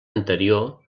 anterior